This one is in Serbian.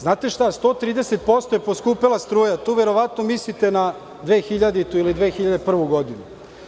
Znate šta, 130% je poskupela struja, tu verovatno mislite na 2000. ili 2001. godinu.